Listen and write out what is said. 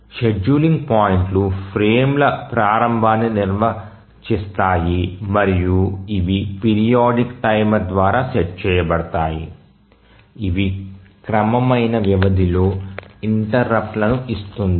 scheduling పాయింట్లు ఫ్రేమ్ల ప్రారంభాన్ని నిర్వచిస్తాయి మరియు ఇవి పీరియాడిక్ టైమర్ ద్వారా సెట్ చేయబడతాయి ఇది క్రమమైన వ్యవధిలో ఇంటెర్రుప్ట్లను ఇస్తుంది